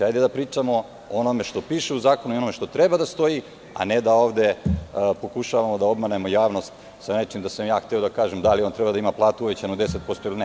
Hajde da pričamo o onome što piše u zakonu i onome što treba da stoji, a ne da ovde pokušavamo da obmanemo javnost sa nečim, da sam ja hteo da kažem da li je on trebao da ima platu uvećanu 10% ili ne.